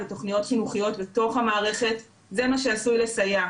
ותוכניות חינוכיות בתוך המערכת זה מה שעשוי לסייע.